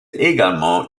également